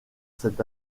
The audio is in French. cet